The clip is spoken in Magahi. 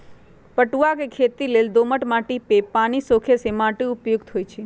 पटूआ के खेती लेल दोमट माटि जे पानि सोखे से माटि उपयुक्त होइ छइ